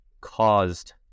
caused